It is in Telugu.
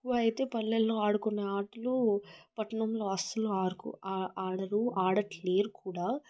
ఎక్కువ అయితే పల్లెల్లో ఆడుకునే ఆటలు పట్టణంలో అసలు ఆరుకో ఆడరు ఆడట్లేరు కూడా